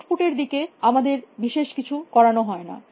output এর দিকে আমাদের বিশেষ কিছু করানো হয়না